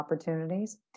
opportunities